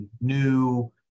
new